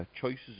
choices